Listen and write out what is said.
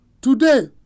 Today